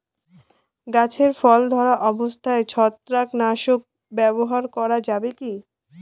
গাছে ফল ধরা অবস্থায় ছত্রাকনাশক ব্যবহার করা যাবে কী?